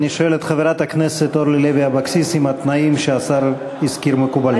אני שואל את חברת הכנסת אורלי לוי אבקסיס אם התנאים שהשר הזכיר מקובלים.